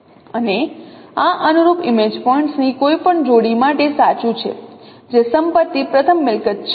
અને આ અનુરૂપ ઇમેજ પોઇન્ટ્સ ની કોઈપણ જોડી માટે સાચું છે જે સંપત્તિ પ્રથમ મિલકત છે